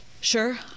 Sure